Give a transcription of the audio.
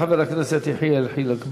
תודה לחבר הכנסת יחיאל חיליק בר.